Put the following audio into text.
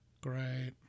Great